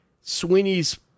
Sweeney's